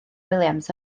williams